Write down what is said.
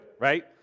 right